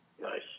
Nice